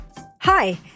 Hi